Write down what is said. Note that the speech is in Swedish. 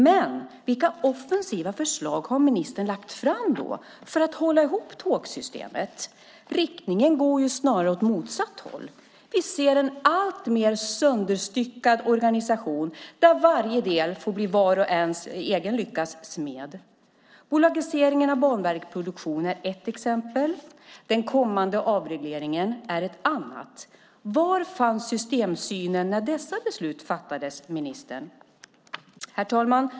Men vilka offensiva förslag har ministern då lagt fram för att hålla ihop tågsystemet? Riktningen går ju snarare åt motsatt håll. Vi ser en alltmer sönderstyckad organisation, där varje del får bli vars och ens egen lyckas smed. Bolagiseringen av Banverket Produktion är ett exempel, den kommande avregleringen är ett annat. Var fanns systemsynen när dessa beslut fattades, ministern? Herr talman!